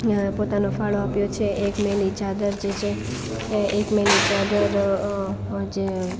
પોતાનો ફાળો આપ્યો છે એક મેલી ચાદર જે છે એ એક મેલી ચાદર વચ્ચે